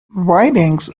whitings